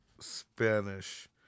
Spanish